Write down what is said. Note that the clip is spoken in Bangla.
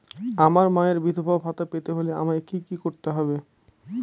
আমার মায়ের বিধবা ভাতা পেতে হলে আমায় কি কি করতে হবে?